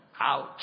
Ouch